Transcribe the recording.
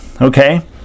Okay